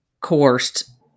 coerced